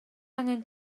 angen